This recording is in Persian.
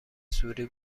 سوری